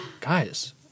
guys –